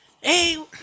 Hey